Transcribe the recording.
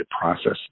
process